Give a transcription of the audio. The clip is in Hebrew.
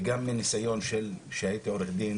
וגם מניסיון שלי כעורך דין